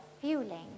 fueling